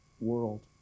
world